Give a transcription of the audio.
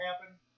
happen